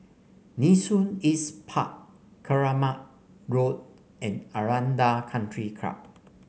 Nee Soon East Park Keramat Road and Aranda Country Club